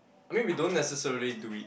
I mean we don't necessarily do it